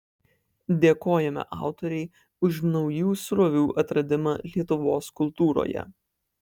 dėkojame autorei už naujų srovių atradimą lietuvos kultūroje